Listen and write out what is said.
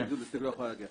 כי --- לא יכול היה להגיע.